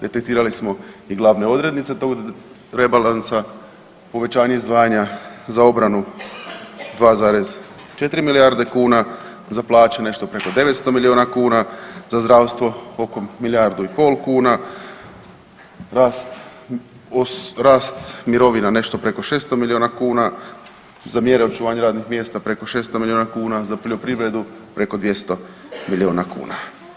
Detektirali smo i glavne odrednice tog rebalansa, uvećanje izdvajanja za obranu 2,4 milijarde kuna, za plaće nešto preko 900 milijuna kuna, za zdravstvo oko milijardu i pol kuna, rast mirovina nešto preko 600 milijuna kuna, za mjere očuvanja radnih mjesta preko 600 milijuna kuna, za poljoprivredu preko 200 milijuna kuna.